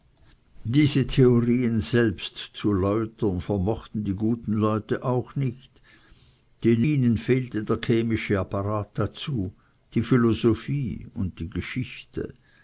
diese theorien selbst zu läutern vermochten die guten leute auch nicht denn ihnen fehlte der chemische apparat dazu die philosophie und die geschichte